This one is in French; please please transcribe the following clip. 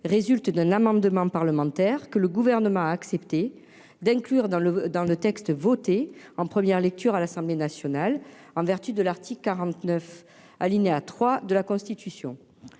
résulte d'un amendement parlementaire que le gouvernement a accepté d'inclure dans le dans le texte, voté en première lecture à l'Assemblée nationale, en vertu de l'article 49. Alinéa 3 de la Constitution,